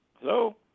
Hello